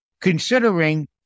considering